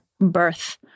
birth